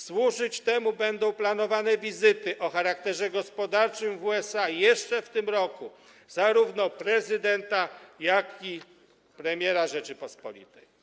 Służyć temu będą planowane wizyty o charakterze gospodarczym w USA jeszcze w tym roku zarówno prezydenta, jak i premiera Rzeczypospolitej.